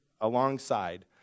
alongside